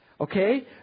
Okay